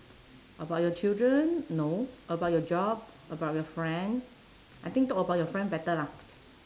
about your children no about your job about your friend I think talk about your friend better lah